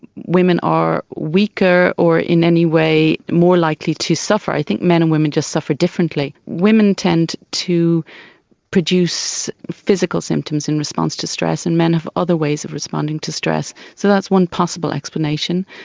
women are weaker or in any way more likely to suffer. i think men and women just suffer differently. women tend to produce physical symptoms in response to stress and men have other ways of responding to stress. so that's one possible explanation.